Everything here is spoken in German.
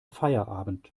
feierabend